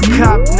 cop